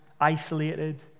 isolated